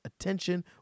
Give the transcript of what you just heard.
attention